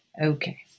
Okay